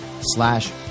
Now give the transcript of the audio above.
slash